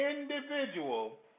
individual